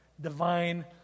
divine